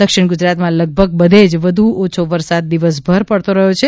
દક્ષિણ ગુજરાતમાં લગભગ બધે જ વધુ ઓછો વરસાદ દિવસભર પડતો રહ્યો છે